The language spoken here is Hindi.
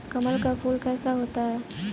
कमल का फूल कैसा होता है?